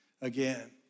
again